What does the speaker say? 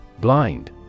Blind